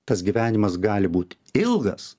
tas gyvenimas gali būti ilgas